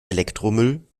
elektromüll